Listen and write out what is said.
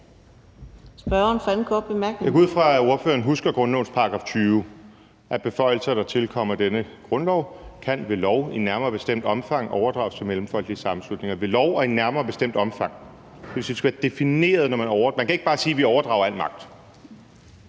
Morten Messerschmidt (DF): Jeg går ud fra, at ordføreren husker grundlovens § 20, altså at beføjelser, der tilkommer denne grundlov, kan ved lov i nærmere bestemt omfang overdrages til mellemfolkelige sammenslutninger – »ved lov« og »i nærmere bestemt omfang«. Det vil sige, at man kan ikke bare sige: Vi overdrager al magt.